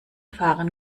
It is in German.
fahren